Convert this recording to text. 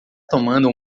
tomando